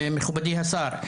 מכובדי השר,